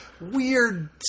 weird